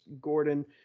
gordon